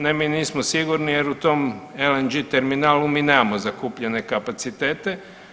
Ne, mi nismo sigurni jer u tom LNG terminalu mi nemamo zakupljene kapacitete.